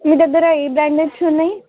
మీ దగ్గర ఏ బ్రాండెడ్ ఉన్నాయి